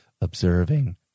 observing